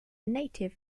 native